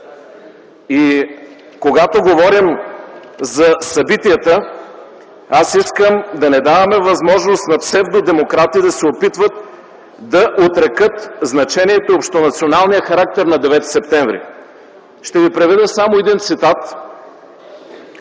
Когато говорим за събитията, аз искам да не даваме възможност на псевдо демократи да се опитват да отрекат значението и общонационалният характер на 9 септември. Ще ви приведа само един цитат,